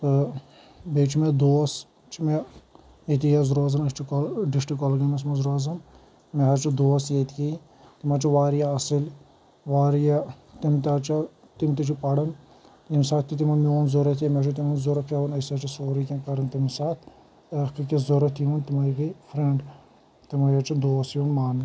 تہٕ بیٚیہِ چھِ مےٚ دوٗس چھِ مےٚ ییٚتی حظ روزان أسۍ چھِ کۄل ڈِسٹِرٛک کۄلگٲمِس منٛز روزان مےٚ حظ چھُ دوٗس ییٚتکی تِم حظ چھِ واریاہ اصٕل واریاہ تِم تہِ حظ چھِ تِم تہِ چھِ پران ییٚمہِ ساتہٕ تہِ تِمن میوٗن ضروٗرت یا مےٚ چھُ تِہنٛد ضروٗرت پیٚوان أسۍ ہسا چھِ سورُے کیٚنٛہہ کران تمہِ ساتہٕ اکھ أکِس ضروٗرت یِوان تِمے گٔے فرٛیٚنٛڈ تِمے حظ چھِ دوٗس یِوان ماننہٕ